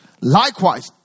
likewise